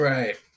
Right